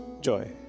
joy